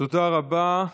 תודה רבה.